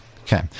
Okay